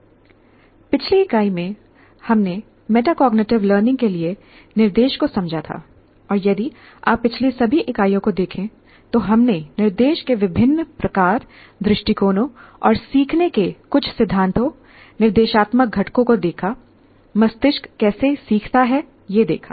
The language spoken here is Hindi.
" पिछली इकाई में हमने मेटाकॉग्निटिव लर्निंग के लिए निर्देश को समझा था और यदि आप पिछली सभी इकाइयों को देखें तो हमने निर्देश के विभिन्न प्रकारदृष्टिकोणों और सीखने के कुछ सिद्धांतों निर्देशात्मक घटकों को देखा मस्तिष्क कैसे सीखता है देखा